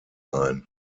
ein